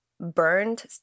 burned